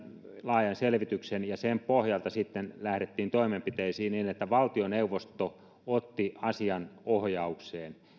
laajan selvityksen ja sen pohjalta sitten lähdettiin toimenpiteisiin niin että valtioneuvosto otti asian ohjaukseen